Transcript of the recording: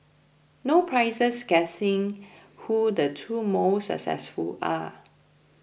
no prizes guessing who the two most successful are